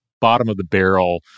bottom-of-the-barrel